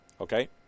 Okay